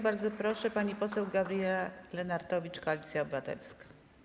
Bardzo proszę, pani poseł Gabriela Lenartowicz, Koalicja Obywatelska.